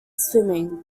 swimming